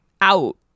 out